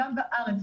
גם בארץ,